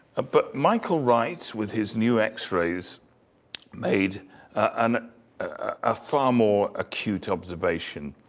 but michael wright, with his new x-rays made and a far more acute observation.